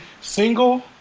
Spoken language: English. single